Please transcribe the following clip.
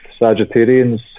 Sagittarians